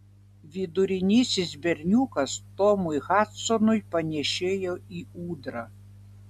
vidurinysis berniukas tomui hadsonui panėšėjo į ūdrą